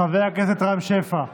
חבר הכנסת רם שפע,